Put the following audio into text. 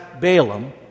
Balaam